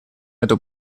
эту